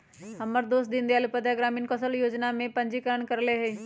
हमर दोस दीनदयाल उपाध्याय ग्रामीण कौशल जोजना में पंजीकरण करएले हइ